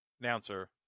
announcer